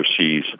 overseas